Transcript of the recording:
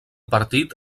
partit